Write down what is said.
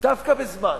דווקא בזמן